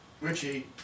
Richie